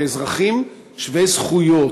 כאזרחים שווי זכויות.